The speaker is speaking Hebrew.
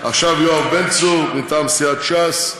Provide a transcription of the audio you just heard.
יואב בן צור מטעם סיעת ש"ס,